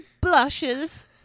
blushes